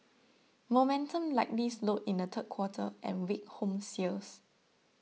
momentum likely slowed in the third quarter and weak home sales